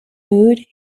mood